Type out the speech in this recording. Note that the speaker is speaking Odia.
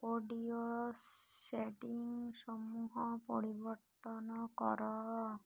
ଅଡ଼ିଓ ସେଟିଂ ସମୂହ ପରିବର୍ତ୍ତନ କର